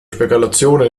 spekulationen